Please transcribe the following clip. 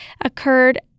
occurred